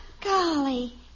Golly